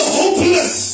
hopeless